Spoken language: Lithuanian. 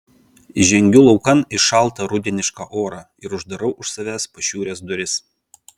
žengiu laukan į šaltą rudenišką orą ir uždarau už savęs pašiūrės duris